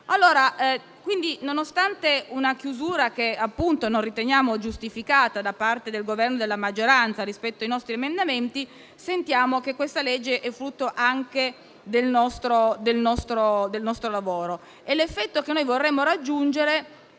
quindi una chiusura che non riteniamo giustificata, da parte del Governo e della maggioranza, rispetto ai nostri emendamenti, sentiamo che questa legge è frutto anche del nostro lavoro. L'effetto che vorremmo raggiungere